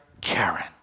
Karen